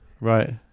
Right